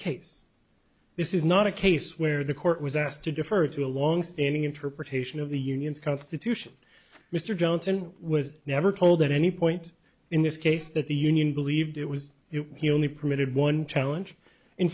case this is not a case where the court was asked to defer to a longstanding interpretation of the union's constitution mr johnson was never told at any point in this case that the union believed it was only permitted one challenge in